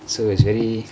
so is very